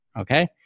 Okay